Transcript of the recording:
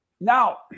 now